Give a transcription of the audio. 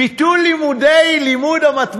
ביטול לימוד המתמטיקה,